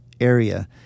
area